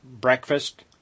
breakfast